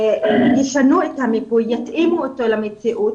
ישנו את המיפוי, יתאימו אותו למציאות.